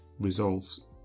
results